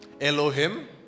Elohim